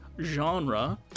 genre